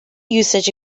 usage